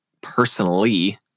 personally